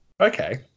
Okay